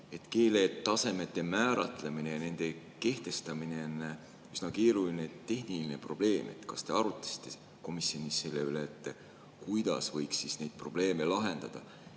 keeletasemete määratlemine ja nende kehtestamine on üsna keeruline tehniline probleem. Kas te arutasite komisjonis selle üle, kuidas võiks neid probleeme lahendada?